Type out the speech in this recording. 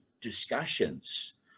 discussions